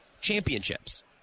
championships